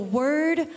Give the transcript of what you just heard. word